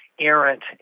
errant